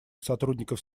сотрудников